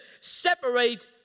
separate